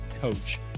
coach